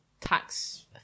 tax